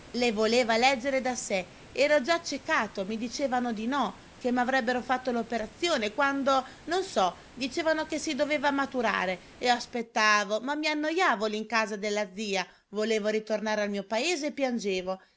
le voleva leggere da sé ero già accecato mi dicevano di no che m'avrebbero fatto l'operazione quando non so dicevano che si doveva maturare e aspettavo ma mi annojavo lì in casa della zia volevo ritornare al mio paese e piangevo